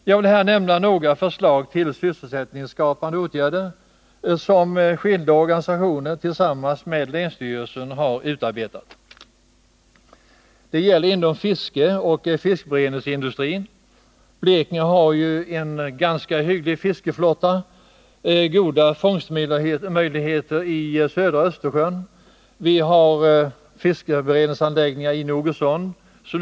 Jag vill här nämna några förslag till sysselsättningsskapande åtgärder som skilda organisationer har utarbetat tillsammans med länsstyrelsen. Det gäller fiskeoch fiskberedningsindustrin. Blekinge har ju en ganska hygglig fiskeflotta, och fångstmöjligheterna är goda i södra Östersjön. Nybyggande av fiskberedningsanläggning i Nogersund pågår.